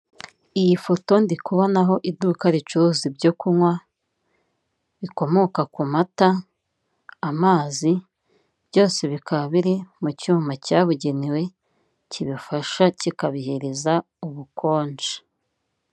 Iyi foto ndi kubonaho iduka ricuruza ibyo kunywa bikomoka ku mata, amazi, byose bikaba biri mu cyuma cyabugenewe kibifasha kikabihereza ubukonje.